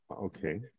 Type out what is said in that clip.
Okay